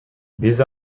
биз